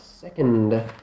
second